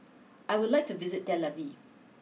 I would like to visit Tel Aviv